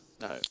no